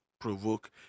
Provoke